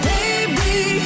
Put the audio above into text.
Baby